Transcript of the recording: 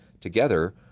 Together